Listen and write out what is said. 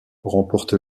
remporte